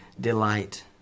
delight